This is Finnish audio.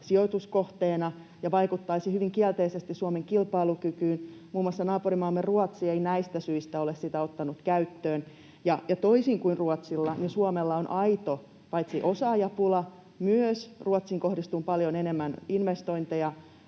sijoituskohteena ja vaikuttaisi hyvin kielteisesti Suomen kilpailukykyyn. Muun muassa naapurimaamme Ruotsi ei näistä syistä ole sitä ottanut käyttöön, ja toisin kuin Ruotsilla, Suomella on aito osaajapula, ja Ruotsiin myös kohdistuu paljon enemmän investointeja